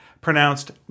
pronounced